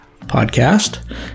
podcast